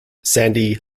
sandy